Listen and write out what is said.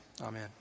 amen